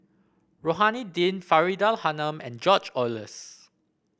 Rohani Din Faridah Hanum and George Oehlers